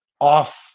off